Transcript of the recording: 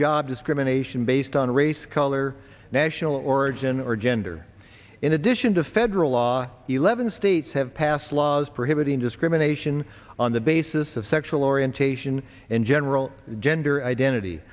job discrimination based on race color or national origin or gender in addition to federal law eleven states have passed laws prohibiting discrimination on the basis of sexual orientation in general gender identity